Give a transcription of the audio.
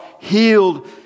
healed